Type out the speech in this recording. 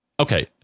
Okay